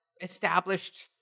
established